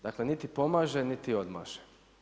Dakle, niti pomaže niti odmaže.